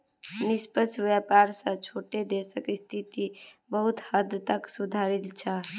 निष्पक्ष व्यापार स छोटो देशक स्थिति बहुत हद तक सुधरील छ